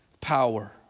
power